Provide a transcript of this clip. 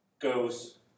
goes